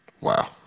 Wow